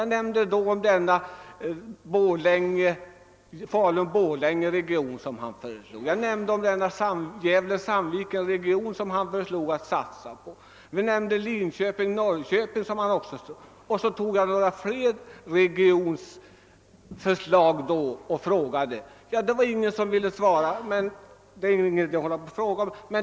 Då nämnde jag Falun-Borlängeregionen och <Gävle-Sandvikenregionen samt Linköping-Norrköpingregionen som det föreslagits att vi skulle satsa på. Ingen ville emellertid svara på den frågan.